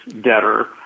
debtor